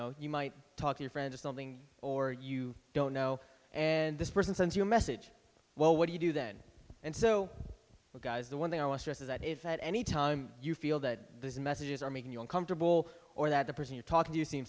know you might talk to a friend or something or you don't know and this person sends you a message well what do you do then and so you guys the one thing i want stress is that if at any time you feel that the messages are making you uncomfortable or that the person you're talking to